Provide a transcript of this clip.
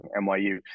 NYU